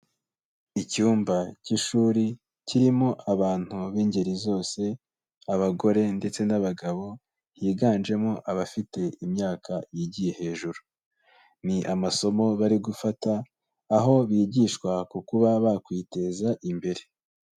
Icyumba cy'ishuri kirimo abantu b'ingeri zose, abagore ndetse n'abagabo, higanjemo abafite imyaka yigiye hejuru. Ni amasomo bari gufata, aho bigishwa ku kuba bakwiteza imbere.